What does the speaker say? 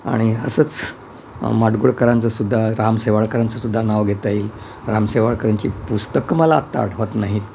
आणि असंच माडगुळकरांचंसुद्धा राम शेवाळकरांचं सुद्धा नाव घेता येईल राम शेवाळकरांची पुस्तकं मला आत्ता आठवत नाहीत